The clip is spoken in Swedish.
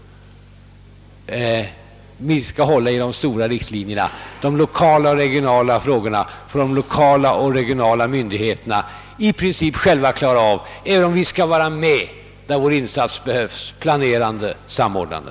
Vi skall hålla de stora riktlinjerna. De lokala och regionala frågorna får de lokala och regionala myndigheterna i princip själva klara upp, även om vi skall vara med där vår insats behövs, planerande och samordnande.